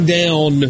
down